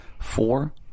Four